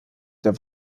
der